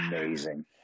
amazing